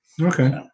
Okay